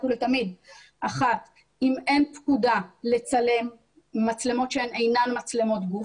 שאלה ראשונה היא אם אין פקודה לצלם במצלמות שהן אינן מצלמות גוף,